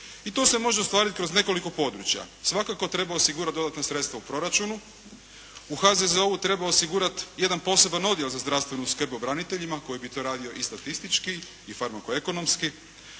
I to se može ostvariti kroz nekoliko područja. Svakako treba osigurati dodatna sredstva u proračunu, u HZZO-u treba osigurati jedan poseban odjel za zdravstvenu skrb o braniteljima koji bi to radio i statistički, i farmakoekonomski.